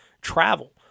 travel